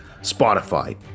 Spotify